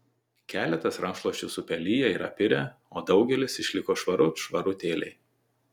keletas rankraščių supeliję ir apirę o daugelis išliko švarut švarutėliai